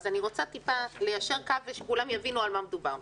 אז אני רוצה טיפה ליישר קו כדי שכולם יבינו על מה מדובר.